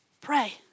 Pray